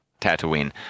Tatooine